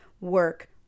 work